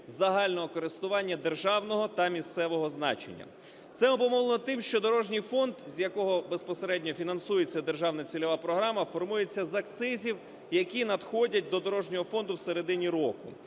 загального користування державного та місцевого значення. Це обумовлено тим, що дорожній фонд, з якого безпосередньо фінансується державна цільова програма, формується з акцизів, які надходять до дорожнього фонду в середині року.